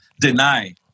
deny